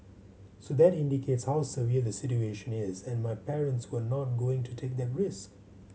so that indicates how severe the situation is and my parents were not going to take that risk